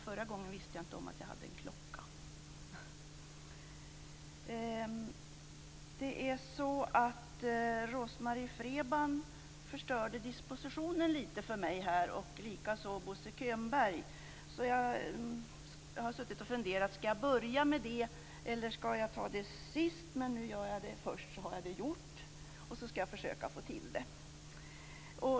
Fru talman! Rose-Marie Frebran förstörde dispositionen för mig, och likaså Bosse Könberg. Jag har suttit och funderat om jag skall börja med det eller ta det sist, men nu tar jag det först och får det gjort.